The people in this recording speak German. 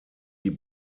die